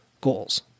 goals